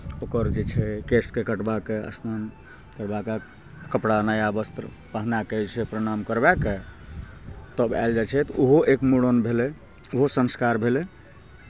ओकर जे छै केशकेँ कटबा कऽ स्नान करवा कऽ कपड़ा नया वस्त्र पहना कऽ जे छै प्रणाम करवा कऽ तब आयल जाइ छै तऽ ओहो एक मूड़न भेलै ओहो संस्कार भेलै